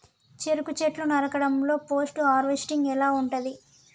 చెరుకు చెట్లు నరకడం లో పోస్ట్ హార్వెస్టింగ్ ఎలా ఉంటది?